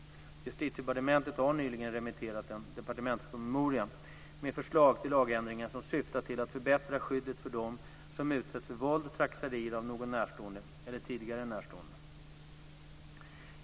Justitiedepartementet har nyligen remitterat en departementspromemoria med förslag till lagändringar som syftar till att förbättra skyddet för dem som utsätts för våld och trakasserier av någon närstående eller tidigare närstående.